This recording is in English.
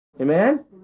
Amen